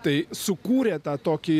tai sukūrė tą tokį